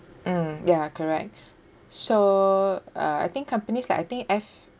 mm ya correct so uh I think companies like I think F